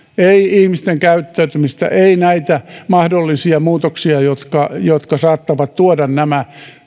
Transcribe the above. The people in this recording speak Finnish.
ihmisten käyttäytymistä ei näitä mahdollisia muutoksia jotka jotka saattavat tuoda nämä